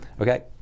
okay